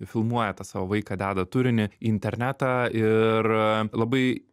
filmuoja tą savo vaiką deda turinį į internetą ir labai